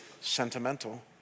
sentimental